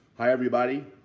hi, everybody.